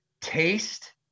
taste